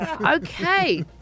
Okay